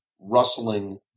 rustling